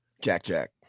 Jack-Jack